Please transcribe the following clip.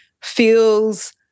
feels